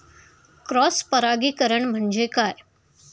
Cross परागीकरण म्हणजे काय?